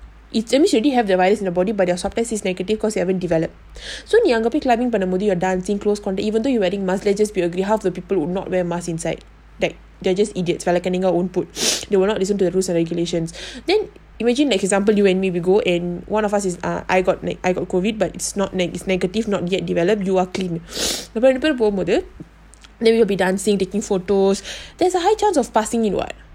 it that means you already have the virus in the body but the swab test is negative cause you haven't developed so பண்ணும்போது:pannumpothu dancing closed contact even though you wearing mask then just be okay then half the people will not wear mask inside like they are just idiots they will not listen to the rules and regulations then imagine like example you and me we go and one of us is ah I got like I got COVID but is not is negative not yet developed you are clean போகும்போது:pogumpothu then we will be dancing taking photos there's a high chance of passing it what